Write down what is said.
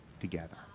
together